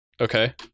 Okay